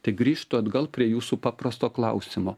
tai grįžtu atgal prie jūsų paprasto klausimo